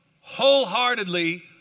Wholeheartedly